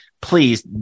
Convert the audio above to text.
please